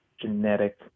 genetic